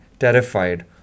terrified